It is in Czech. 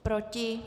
Proti?